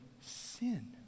sin